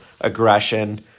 aggression